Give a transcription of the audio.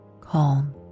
calm